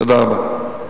תודה רבה.